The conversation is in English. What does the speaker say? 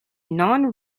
non